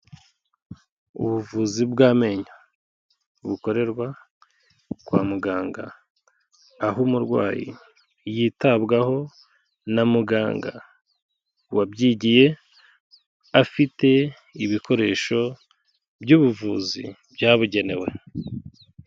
Ubuvuzi bw'amenyo bukorerwa kwa muganga, aho umurwayi yitabwaho na muganga wabyigiye, afite ibikoresho by'ubuvuzi byabugenewe.